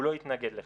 הוא לא התנגד לכך.